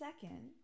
second